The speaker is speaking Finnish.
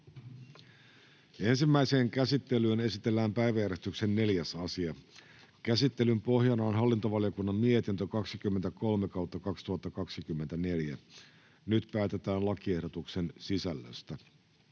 Ensimmäiseen käsittelyyn esitellään päiväjärjestyksen 4. asia. Käsittelyn pohjana on hallintovaliokunnan mietintö HaVM 23/2024 vp. Nyt päätetään lakiehdotuksen sisällöstä.